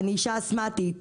אני אישה אסמטית.